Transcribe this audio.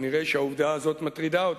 נראה שהעובדה הזאת מטרידה אותו.